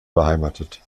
beheimatet